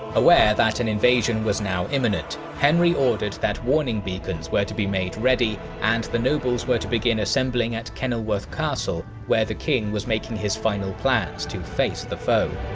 aware that an invasion was now imminent, henry ordered that warning beacons were to be made ready, and the nobles were to begin assembling at kenilworth castle, where the king was making his final plans to face the foe.